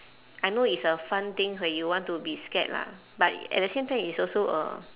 I know it's a fun thing where you want to be scared lah but at the same time it's also a